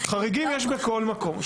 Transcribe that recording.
חריגים יש בכל מקום.